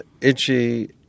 Itchy